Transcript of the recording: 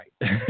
right